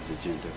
agenda